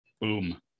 Boom